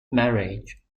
marriage